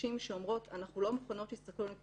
נשים שאומרות אנחנו לא מוכנות שיסתכלו עלינו כקורבנות,